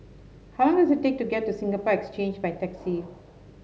how long does it take to get to Singapore Exchange by taxi